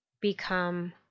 become